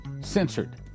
censored